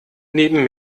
neben